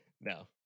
No